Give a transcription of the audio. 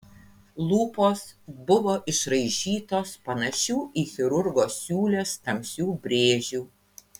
lūpos buvo išraižytos panašių į chirurgo siūles tamsių brėžių